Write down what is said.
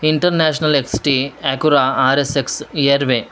international X T Acura R S X airway